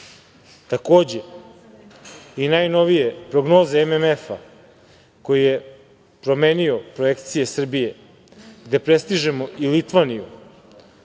BDP-a. Takođe, i najnovije prognoze MMF-a koji je promenio projekcije Srbije, gde prestižemo i Litvaniju,